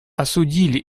осудили